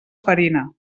farina